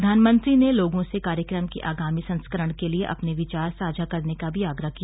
प्रधानमंत्री ने लोगों से कार्यक्रम के आगामी संस्करण के लिए अपने विचार साझा करने का भी आग्रह किया